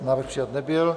Návrh přijat nebyl.